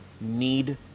need